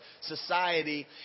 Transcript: society